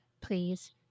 Please